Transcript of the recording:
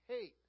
hate